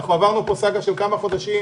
עברנו פה סאגה של כמה חודשים,